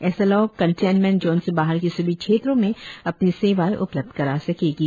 ऐसे लोग containment zone से बाहर के सभी क्षेत्रों में अपनी सेवाएं उपलब्ध करा सकेंगे